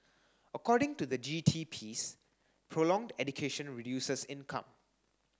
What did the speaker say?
according to the G T piece prolonged education reduces income